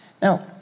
Now